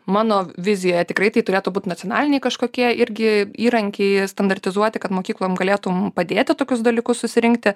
mano vizijoje tikrai tai turėtų būt nacionaliniai kažkokie irgi įrankiai standartizuoti kad mokyklom galėtum padėti tokius dalykus susirinkti